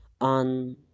on